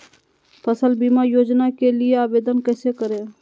फसल बीमा योजना के लिए आवेदन कैसे करें?